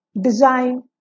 design